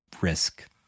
risk